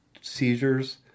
seizures